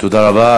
תודה רבה.